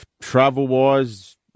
Travel-wise